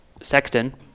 Sexton